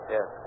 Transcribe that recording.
Yes